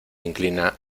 inclina